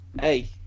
hey